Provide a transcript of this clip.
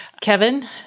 Kevin